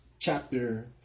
chapter